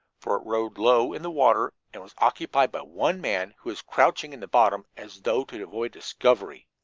for it rode low in the water, and it was occupied by one man, who was crouching in the bottom as though to avoid discovery!